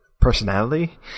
personality